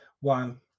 one